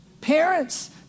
Parents